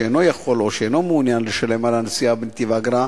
שאינו יכול או שאינו מעוניין לשלם על הנסיעה בנתיב האגרה,